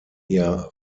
eher